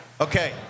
Okay